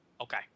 Okay